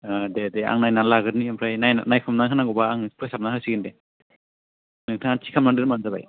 औ दे दे आं नायनानै लाग्रोनि ओमफ्राय नायफोरनानै होनांगौबा आं फोसाबनानै होसिगोन दे नोंथाङा थि खालामनानै दोनबानो जाबाय